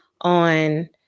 on